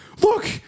look